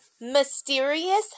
mysterious